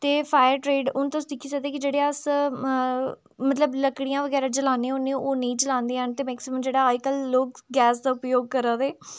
ते एह् फायर ट्रेड तुस दिक्खी सकदे जेह्ड़े अस मतलब लकड़ियां बगैरा जलाने होने ओह् नेईं जलांदे हैन ते मैक्सिमम अज्जकल लोक गैस दा उपयोग करा दे